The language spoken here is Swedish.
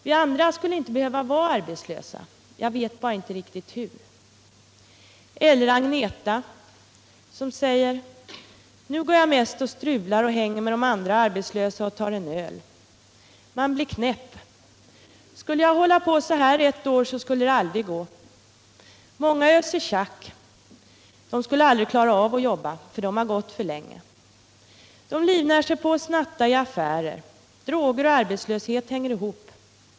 Vi andra skulle inte behöva vara arbetslösa, jag kan bara inte riktigt reda ut hur.” Eller Agneta som säger: ”Nu går jag mest och strular, hänger med de andra arbetslösa och tar en öl. Man blir knäpp, skulle jag hålla på så här ett år skulle det aldrig gå. Många öser tjack. De skulle aldrig klara av att jobba, de har gått för länge. De livnär sig på att gå och snatta i affärer. Droger och arbetslöshet hänger ihop.